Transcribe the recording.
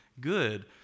good